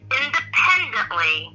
independently